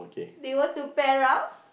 they want to pair up